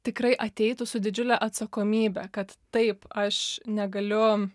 tikrai ateitų su didžiule atsakomybe kad taip aš negaliu